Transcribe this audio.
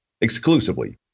exclusively